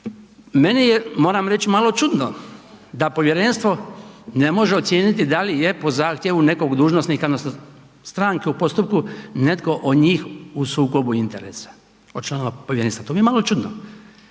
Meni je moram reći malo čudno da povjerenstvo ne može ocijeniti da li je po zahtjevu nekog dužnosnika odnosno stranke u postupku netko od njih u sukobu interesa od članova povjerenstva, to mi je malo čudno,